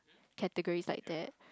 categories like that